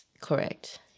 correct